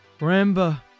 ...remember